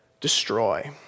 destroy